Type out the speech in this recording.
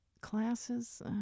classes